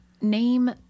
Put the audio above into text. Name